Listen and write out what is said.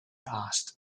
asked